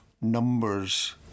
numbers